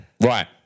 right